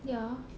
ya